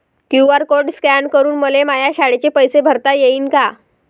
QR code scan करून मले माया शाळेचे पैसे भरता येईन का?